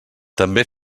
també